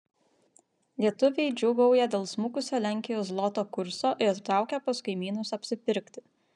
lietuviai džiūgauja dėl smukusio lenkijos zloto kurso ir traukia pas kaimynus apsipirkti